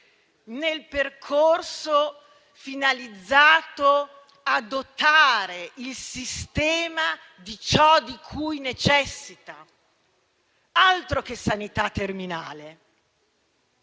nel percorso finalizzato a dotare il sistema di ciò di cui necessita. Altro che sanità terminale!